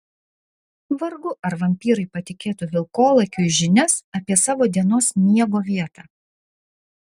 vargu ar vampyrai patikėtų vilkolakiui žinias apie savo dienos miego vietą